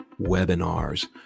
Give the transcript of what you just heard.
webinars